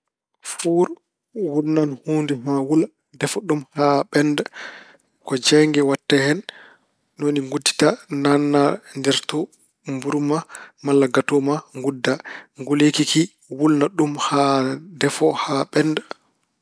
Fuur, wulnan huunde haa wula, defa ɗum haa ɓennda. Ko jeeynge waɗate hen. Ni woni nguddita, naatna nder to mburu ma malla gato ma, ngudda. Nguleeki ki wulna ɗum haa defo haa ɓennda.